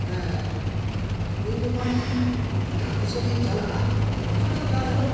ᱦᱮᱸ ᱤᱧ ᱡᱚᱠᱷᱚᱱᱤᱧ ᱦᱟᱹᱠᱩ ᱥᱟᱵ ᱤᱧ ᱪᱟᱞᱟᱜᱼᱟ ᱟᱫᱚ ᱡᱟᱭ ᱦᱳᱠ